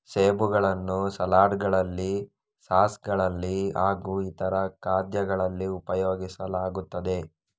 ಸೇಬುಗಳನ್ನು ಸಲಾಡ್ ಗಳಲ್ಲಿ ಸಾಸ್ ಗಳಲ್ಲಿ ಹಾಗೂ ಇತರ ಖಾದ್ಯಗಳಲ್ಲಿ ಉಪಯೋಗಿಸಲಾಗುತ್ತದೆ